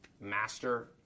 master